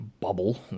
bubble